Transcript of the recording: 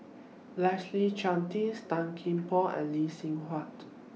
Leslie Charteris Tan Kian Por and Lee Seng Huat